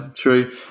true